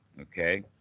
okay